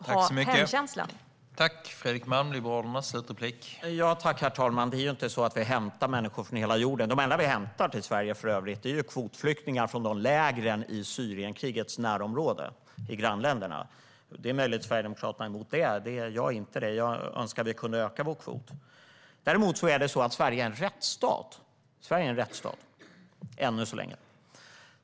Herr talman! Det är inte så att vi hämtar människor från hela jorden. De enda vi hämtar till Sverige är för övrigt kvotflyktingar från lägren i Syrienkrigets närområde i grannländerna. Det är möjligt att Sverigedemokraterna är emot det. Jag är inte det, utan jag önskar att vi kunde öka vår kvot. Sverige är än så länge en rättsstat.